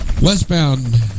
Westbound